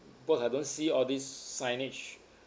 because I don't see all this signage